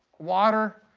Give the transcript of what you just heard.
water,